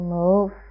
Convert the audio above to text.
move